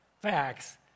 Facts